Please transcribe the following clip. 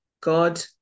God